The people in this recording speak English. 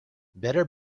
better